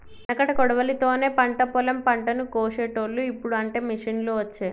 ఎనుకట కొడవలి తోనే పంట పొలం పంటను కోశేటోళ్లు, ఇప్పుడు అంటే మిషిండ్లు వచ్చే